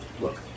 look